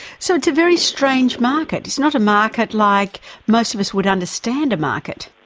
so it's a very strange market, it's not a market like most of us would understand a market.